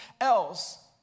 else